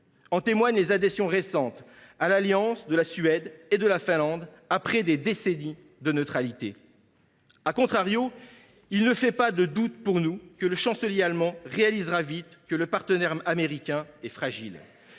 En témoignent les récentes adhésions à l’alliance de la Suède et de la Finlande, après des décennies de neutralité., il ne fait pas de doute pour nous que le chancelier allemand se rendra vite compte que le partenaire américain est fragile.